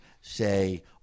say